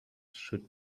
should